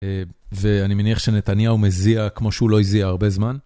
ואני מניח שנתניהו מזיע כמו שהוא לא הזיע הרבה זמן.